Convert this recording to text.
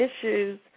issues